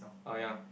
orh ya